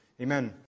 amen